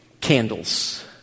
candles